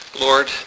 Lord